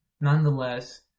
Nonetheless